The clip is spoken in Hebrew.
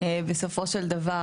בסופו של דבר,